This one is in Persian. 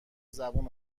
زبون